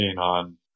on